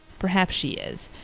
perhaps she is.